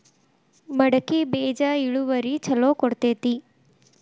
ಮಡಕಿ ಬೇಜ ಇಳುವರಿ ಛಲೋ ಕೊಡ್ತೆತಿ?